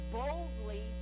boldly